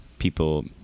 people